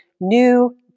new